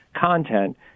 content